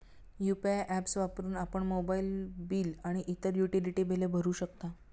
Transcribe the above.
UPI apps वापरून आपण mobile bill आणि इतर युटिलिटी बिले भरू शकतो